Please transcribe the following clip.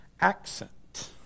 accent